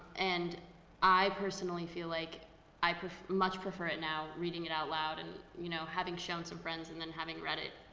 and i personally feel like i much prefer it now, reading it out loud and you know having shown some friends and then having read it.